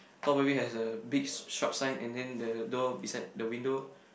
top maybe has a big shop sign and then the door beside the window